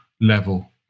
level